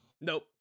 Nope